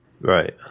Right